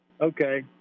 okay